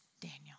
Daniel